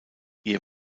ihr